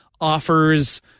offers